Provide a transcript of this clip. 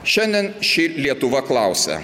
šiandien ši lietuva klausia